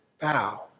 bow